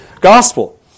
gospel